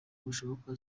bushoboka